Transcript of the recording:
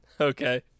Okay